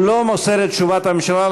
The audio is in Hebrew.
הוא לא מוסר את תשובת הממשלה,